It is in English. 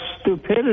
stupidity